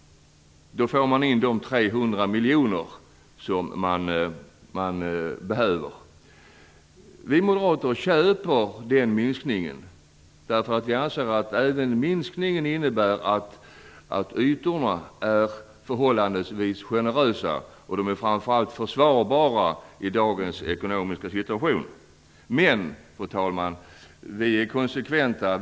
Då får man fram de 300 miljoner som behövs. Vi moderater köper den minskningen, eftersom vi anser att ytorna även med denna minskning är förhållandevis generösa. Framför allt är minskningen försvarbar i dagens ekonomiska situation. Men, fru talman, vi är konsekventa.